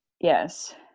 Yes